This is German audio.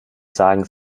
sagen